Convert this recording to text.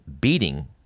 beating